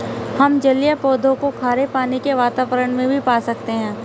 हम जलीय पौधों को खारे पानी के वातावरण में भी पा सकते हैं